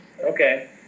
Okay